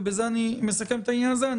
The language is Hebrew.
ובזה אני מסכם את העניין הזה: